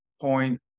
point